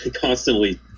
Constantly